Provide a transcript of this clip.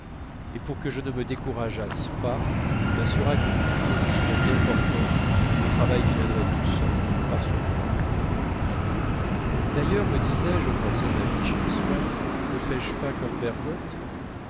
et pour que je ne me décourageasse pas m'assura que du jour où je serais bien portant le travail viendrait tout seul par surcroît d'ailleurs me disais-je en passant ma vie chez les swann ne fais-je pas comme bergotte